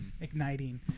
igniting